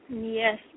Yes